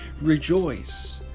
rejoice